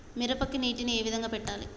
మిరపకి నీటిని ఏ విధంగా పెట్టాలి?